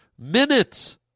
minutes